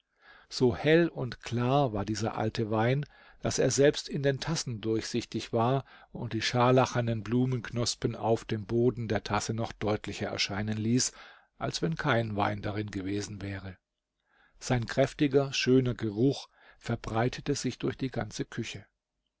so hell und klar war dieser alte wein daß er selbst in den tassen durchsichtig war und die scharlachenen blumenknospen auf dem boden der tasse noch deutlicher erscheinen ließ als wenn kein wein darin gewesen wäre sein kräftiger schöner geruch verbreitete sich durch die ganze küche